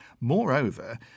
Moreover